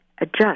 adjust